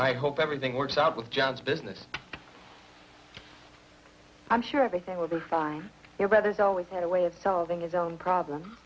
i hope everything works out with john's business i'm sure everything will be fine your brother's always had a way of solving his own problem